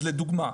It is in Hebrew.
לדוגמה,